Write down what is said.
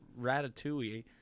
ratatouille